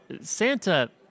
santa